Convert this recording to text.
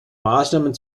maßnahmen